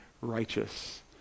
righteous